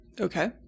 Okay